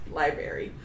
library